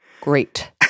Great